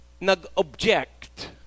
nag-object